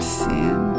sin